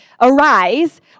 arise